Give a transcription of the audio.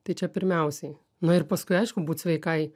tai čia pirmiausiai na ir paskui aišku būt sveikai